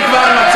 אם כבר,